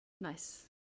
Nice